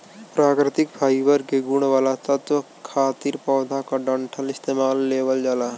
प्राकृतिक फाइबर के गुण वाला तत्व खातिर पौधा क डंठल इस्तेमाल लेवल जाला